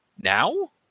now